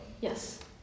Yes